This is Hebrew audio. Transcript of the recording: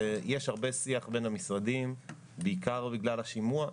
יש הרבה שיח בין המשרדים, בעיקר בגלל השימוע.